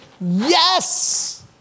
Yes